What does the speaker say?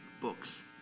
books